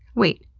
wait,